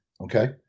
okay